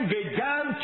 began